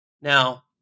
Now